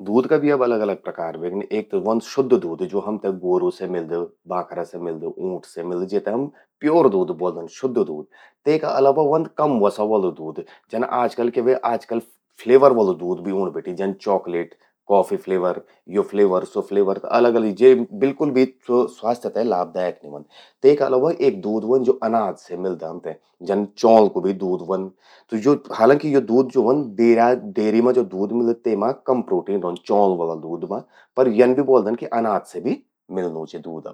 दूध का भी अब अलग-अलग प्रकार ह्वेगिन। एक त व्हंद शुद्ध दूध, ज्वो हमते ग्वोरू से मिल्द, बाखरा से मिल्द, ऊंट से मिल्द, जेते हम प्योर दूध ब्वोल्दन, शुद्ध दूध। तेका अलावा व्हंद कम वसा वलु दूध। जन आजकल क्या ह्वे, आजकल फ्लेवर वलु दूध भि ऊंण बैठी। जन चॉकलेट, कॉफी फ्लेवर, यो फ्लेवर, स्वो फ्लेवर। त अलग अलग जे स्वो बिल्कुल भी स्वास्थ्य ते लाभदायक नि ह्वोंद। तेका अलावा एक दूध ह्वोंद ज्वो अनाज से मिल्द, जन चौंल कू भी दूध ह्वंद। त ज्वो हालांकि यो दूध ज्वो ह्वंद डेर्या डेरी मां ज्वो दूध मिल्द तेमा कम प्रोटीन रौंद चौंल वला दूध मां। पर यन भि ब्वोल्दन कि अनाज से भि मिल्लूं चि दूध अब।